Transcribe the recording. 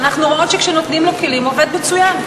שאנחנו רואות שכשנותנים לו כלים הוא עובד מצוין.